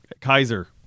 Kaiser